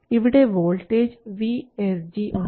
ഇവിടെ voltage VSG ഉണ്ട്